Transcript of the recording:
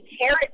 carrot